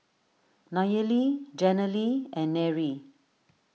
Nayely Jenilee and Nery